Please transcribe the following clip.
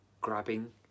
grabbing